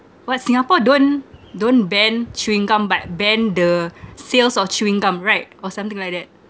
but singapore don't don't ban chewing gum but ban the sales of chewing gum right or something like that